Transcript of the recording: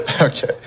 Okay